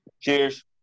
cheers